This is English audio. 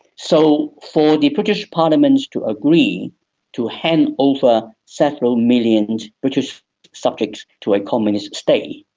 so for the british parliament to agree to hand over several million british subjects to a communist state,